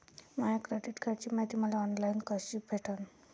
माया credit कार्डची मायती मले ऑनलाईन कसी भेटन?